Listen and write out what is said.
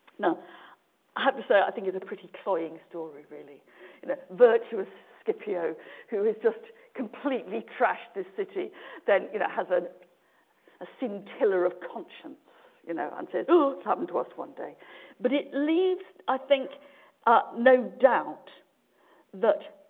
no i have to say i think it's a pretty long story really in a virtuous skippy oh who is just completely trashed this city then it it has ah a scintilla of conscience you know and says happened to us one day but it leads i think ah no doubt that